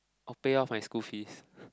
I will pay off my school fees